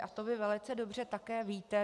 A to vy velice dobře také víte.